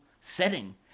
setting